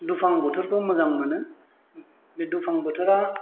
दुफां बोथोरखौ मोजां मोनो बे दुफां बोथोरा